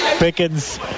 Pickens